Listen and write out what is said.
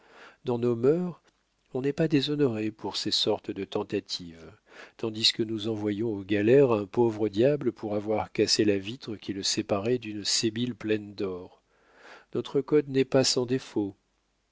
dans nos mœurs on n'est pas déshonoré par ces sortes de tentatives tandis que nous envoyons aux galères un pauvre diable pour avoir cassé la vitre qui le séparait d'une sébile pleine d'or notre code n'est pas sans défauts